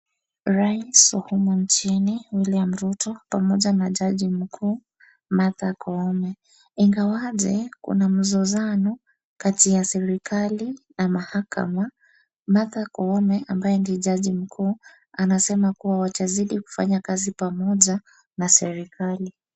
Raisi wa humu nchini Wiliam Ruto pamoja na jaji mkuu Martha Koome. Ingawaje kuna mzozano kati ya serikali na mahakama, Martha Koome ambaye ndiye jaji mkuu anasema kuwa watazidi kufanya kazi pamoja na serikali.